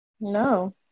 No